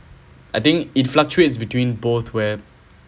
I think it fluctuates between both where